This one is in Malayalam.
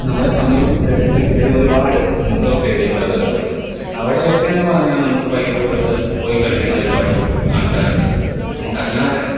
നമ്മുടെ സമീപ ദേശത്തൊക്കെ ആയാലും ഒരുപാട് ഇൻഡോർ സ്റ്റേഡിയങ്ങൾ വരുന്നുണ്ട് അവിടെയെക്കെ എന്ന് പറഞ്ഞാൽ നമുക്ക് പൈസ കൊടുത്ത് പോയി കളിക്കുന്ന ഒരുപാട് കുട്ട് ആൾക്കാരുണ്ട് നമുക്ക് അല്ലാതെ